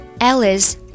Alice